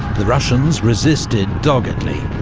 the russians resisted doggedly,